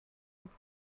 with